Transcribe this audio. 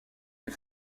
est